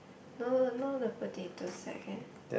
no no no the potato sack eh